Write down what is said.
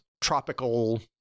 tropical